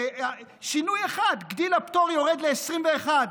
שינוי אחד, גיל הפטור יורד ל-21.